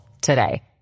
today